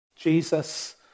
Jesus